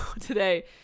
today